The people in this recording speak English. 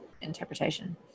interpretation